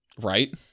right